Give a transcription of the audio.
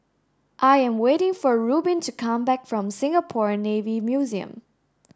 I am waiting for Rubin to come back from Singapore Navy Museum